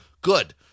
good